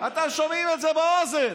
אתם שומעים את זה באוזן,